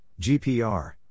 GPR